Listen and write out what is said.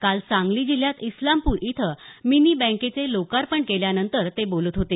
काल सांगली जिल्ह्यात इस्लामपूर इथं मिनी बँकेचे लोकार्पण केल्यानंतर ते बोलत होते